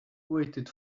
waited